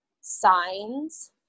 signs